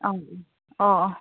ꯑꯪ ꯑꯪ ꯑꯣ ꯑꯣ